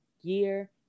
year